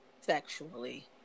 sexually